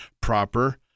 proper